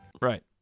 Right